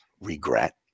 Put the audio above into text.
regret